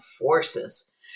forces